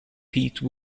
pete